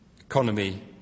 economy